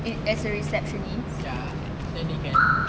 as a receptionist